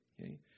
Okay